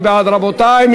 מי בעד, רבותי?